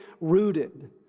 rooted